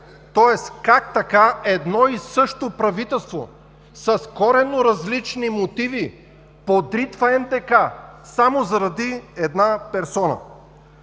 Тоест, как така едно и също правителство с коренно различни мотиви подритва НДК само заради една персона?!